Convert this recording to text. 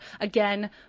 again